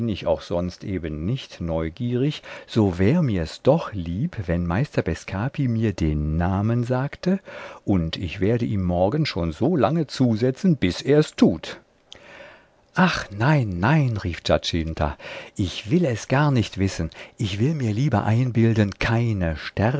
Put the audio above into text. auch sonst eben nicht neugierig so wär mir's doch lieb wenn meister bescapi mir den namen sagte und ich werde ihm morgen schon so lange zusetzen bis er's tut ach nein nein rief giacinta ich will es gar nicht wissen ich will mir lieber einbilden keine